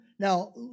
Now